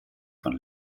von